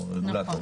הוא רגולטור.